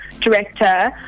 director